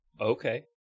Okay